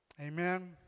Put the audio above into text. Amen